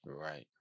Right